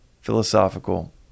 philosophical